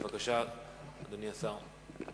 בבקשה, אדוני השר.